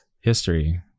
history